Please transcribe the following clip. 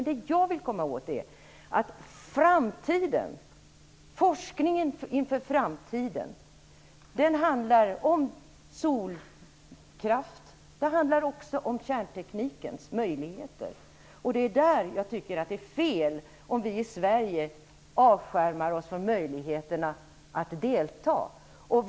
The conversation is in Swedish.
Forskningen inför framtiden handlar om solkraft men också om kärnteknikens möjligheter. Jag tycker att det är fel om vi i Sverige avskärmar oss från möjligheterna att delta i detta.